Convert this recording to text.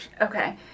Okay